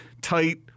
tight